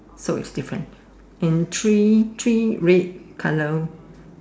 so it's different in three three red colour